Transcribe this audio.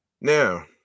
Now